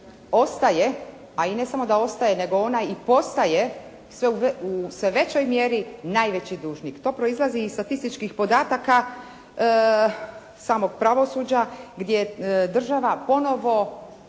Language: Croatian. ostaje, a i ne samo da ostaje, nego ona i postaje u sve većoj mjeri najveći dužnik. To proizlazi iz statističkih podataka samog pravosuđa, gdje je država ponovo